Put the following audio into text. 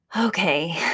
okay